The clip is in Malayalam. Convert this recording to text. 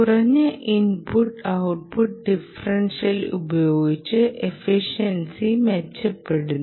കുറഞ്ഞ ഇൻപുട്ട് ഔട്ട്പുട്ട് ഡിഫറൻഷ്യൽ ഉപയോഗിച്ച് എഫിഷൻസി മെച്ചപ്പെടുന്നു